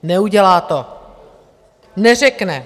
Neudělá to, neřekne.